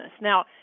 Now